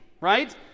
right